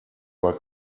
war